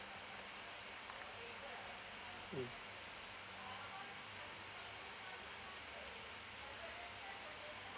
mm